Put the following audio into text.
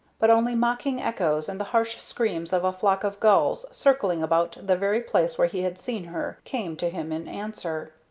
but only mocking echoes, and the harsh screams of a flock of gulls circling about the very place where he had seen her, came to him in answer.